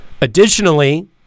Additionally